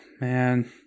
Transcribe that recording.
man